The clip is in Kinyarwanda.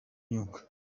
nyungwe